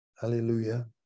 Hallelujah